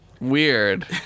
Weird